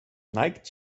neigt